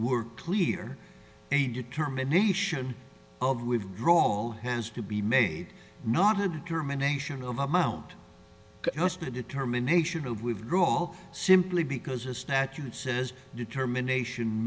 were clear a determination of with graw has to be may not have determination of amount of determination of withdrawal simply because a statute says determination